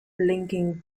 linking